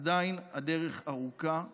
עדיין הדרך ארוכה ורחוקה,